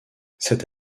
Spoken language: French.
cette